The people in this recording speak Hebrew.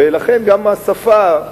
ולכן גם השפה,